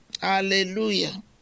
Hallelujah